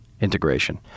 integration